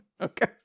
Okay